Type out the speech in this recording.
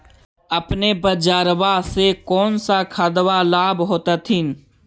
अपने बजरबा से कौन सा खदबा लाब होत्थिन?